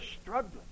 struggling